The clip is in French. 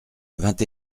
vingt